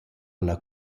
ella